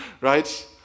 right